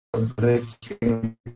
breaking